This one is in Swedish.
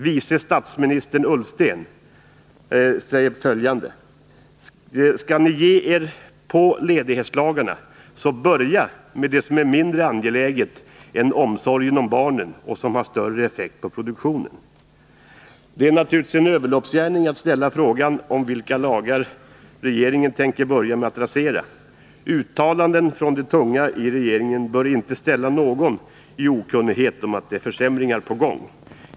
Vice statsministern Ullsten sade då följande: ”Skall ni ge er på ledighetslagarna så börja med det som är mindre angeläget än omsorgen om barnen och som har större effekter på produktionen.” Det är naturligtvis en överloppsgärning att ställa frågan, vilka lagar regeringen tänker börja med att rasera. Uttalandena från de tunga i regeringen bör inte ställa någon i okunnighet om att det är försämringar på gång.